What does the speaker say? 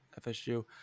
FSU